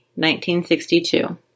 1962